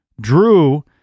Drew